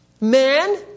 Man